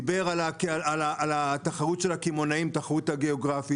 דיבר על התחרות של הקמעונאים, התחרות הגיאוגרפית,